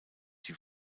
die